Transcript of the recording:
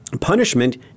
punishment